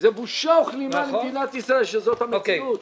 אז זאת בושה וכלימה למדינת ישראל שזאת המציאות.